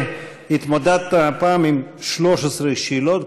התמודדת הפעם עם 13 שאלות,